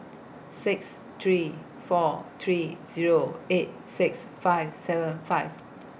six three four three Zero eight six five seven five